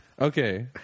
okay